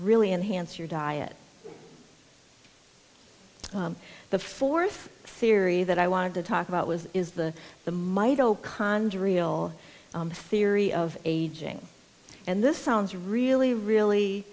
really enhance your diet the fourth theory that i wanted to talk about was is the the might go conjure real theory of aging and this sounds really really